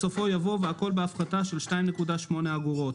בסופו יבוא "והכול בהפחתה של 2.8 אגורות".